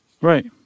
Right